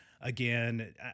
again